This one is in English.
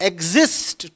Exist